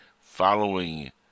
following